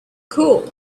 cool